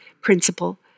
principle